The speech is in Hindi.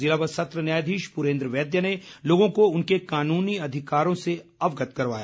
ज़िला व सत्र न्यायाधीश पुरेन्द्र वैद्य ने लोगों को उनके कानूनी अधिकारों अवगत करवाया